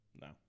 No